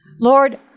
Lord